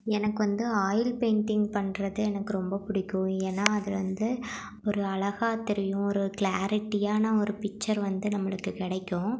எனக்கு வந்து oil painting பண்ணுறது எனக்கு ரொம்ப பிடிக்கும் ஏன்னா அது வந்து ஒரு அழகாக தெரியும் ஒரு கிளாரிட்டியான ஒரு பிச்சர் வந்து நம்மளுக்கு கிடைக்கும்